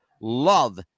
love